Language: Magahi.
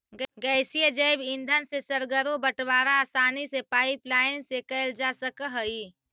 गैसीय जैव ईंधन से सर्गरो बटवारा आसानी से पाइपलाईन से कैल जा सकऽ हई